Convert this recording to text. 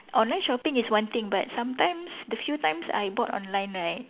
online shopping is one thing but sometimes the few times I bought online right